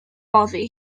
boddi